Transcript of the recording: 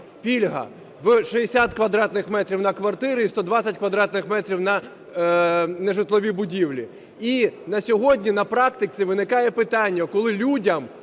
пільга в 60 квадратних метрів на квартири і 120 квадратних метрів на нежитлові будівлі. І на сьогодні на практиці виникає питання, коли людям